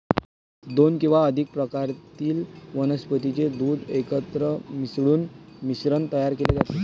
दोन किंवा अधिक प्रकारातील वनस्पतीचे दूध एकत्र मिसळून मिश्रण तयार केले जाते